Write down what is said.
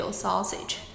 sausage